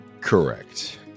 Correct